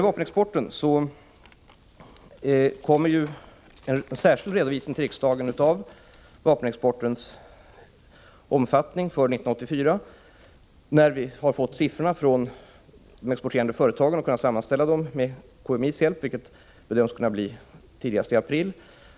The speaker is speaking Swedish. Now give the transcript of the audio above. Det kommer en särskild redovisning till riksdagen av vapenexportens omfattning under 1984 när vi har fått siffrorna från de exporterande företagen och med KMI:s hjälp kunnat sammanställa dem, vilket bedöms kunna bli tidigast i april.